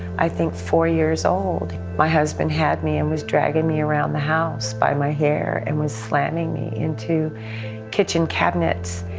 i think, four years old, my husband had me and it was dragging me around the house by my hair and was slamming me into kitchen cabinets.